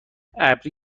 ابری